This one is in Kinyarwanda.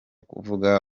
kuvuga